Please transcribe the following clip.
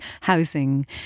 housing